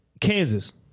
Kansas